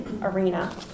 arena